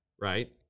right